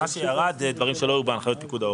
מה שירד הם דברים שלא היו בהנחיות פיקוד העורף.